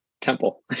Temple